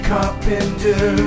Carpenter